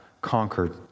conquered